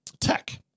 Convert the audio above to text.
tech